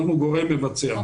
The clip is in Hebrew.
אנחנו גורם מבצע.